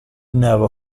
never